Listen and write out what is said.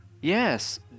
Yes